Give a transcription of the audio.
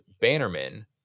Bannerman